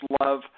Love